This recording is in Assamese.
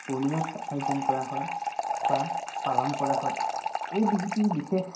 পূৰ্ণিমাত আয়োজন কৰা হয় বা পালন কৰা হয় এই বিহুটিৰ বিশেষ